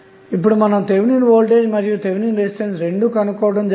ఇప్పుడు మనం Thevenin voltage మరియు థెవెనిన్ రెసిస్టెన్స్ రెండూ కనుగొన్నాము